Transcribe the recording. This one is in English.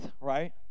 right